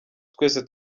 twese